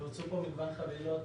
יצאו מגוון חבילות